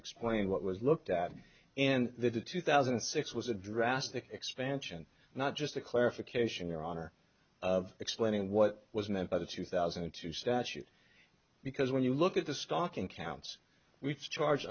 explain what was looked at in the two thousand and six was a drastic expansion not just a clarification your honor of explaining what was meant by the two thousand and two statute because when you look at the stalking counts we charge